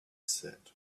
said